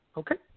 okay